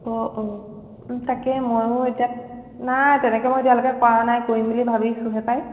অঁ অঁ তাকে ময়ো এতিয়ালেকে নাই তেনেকে মই এতিয়ালৈকে কৰা নাই কৰিম বুলি ভাবিছোঁহে পায়